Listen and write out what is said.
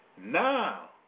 Now